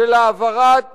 של העברת